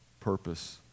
purpose